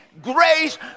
grace